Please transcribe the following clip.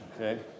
okay